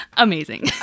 Amazing